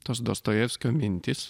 tos dostojevskio mintys